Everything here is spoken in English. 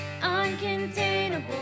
uncontainable